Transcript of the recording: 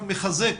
זה רק מחזק